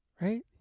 Right